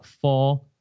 four